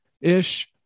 ish